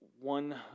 One